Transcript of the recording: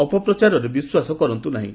ଅପପ୍ରଚାରରେ ବିଶ୍ୱାସ କରନ୍ତୁ ନାହିଁ